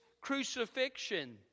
crucifixion